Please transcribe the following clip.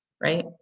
right